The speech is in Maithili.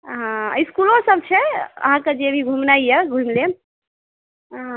हँ इसकुलो सभ छै अहाँकेँ जे भी घूमनाइ यऽ घूमि लेब हँ